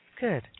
Good